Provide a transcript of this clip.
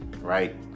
right